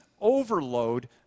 overload